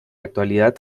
actualidad